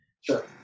Sure